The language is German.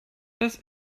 das